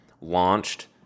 launched